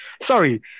Sorry